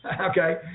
Okay